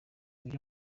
nibyo